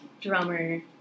drummer